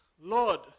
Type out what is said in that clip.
Lord